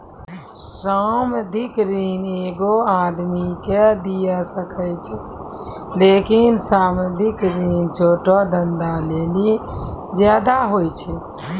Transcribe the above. सावधिक ऋण एगो आदमी के दिये सकै छै लेकिन सावधिक ऋण छोटो धंधा लेली ज्यादे होय छै